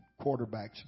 quarterbacks